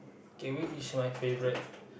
K which is my favourite